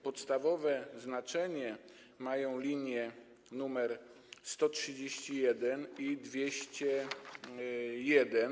Podstawowe znaczenie mają linie nr 131 i 201.